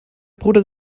bruder